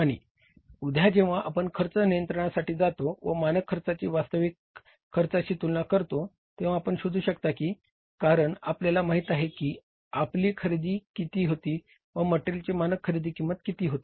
आणि उद्या जेव्हा आपण खर्च नियंत्रणासाठी जातो व मानक खर्चाचा वास्तविक खर्चाशी तुलना करतो तेव्हा आपण शोधू शकता कारण आपल्याला माहित आहे की आपली खरेदी किती होती व मटेरियलची मानक खरेदी किंमत किती होती